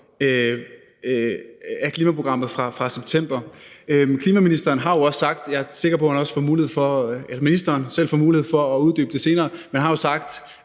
af klimaprogrammet fra september. Klimaministeren har jo også sagt – jeg er sikker på, at ministeren selv får mulighed for at uddybe det senere – at man